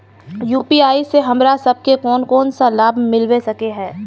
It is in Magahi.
यु.पी.आई से हमरा सब के कोन कोन सा लाभ मिलबे सके है?